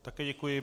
Také děkuji.